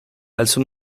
also